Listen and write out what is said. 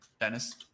dennis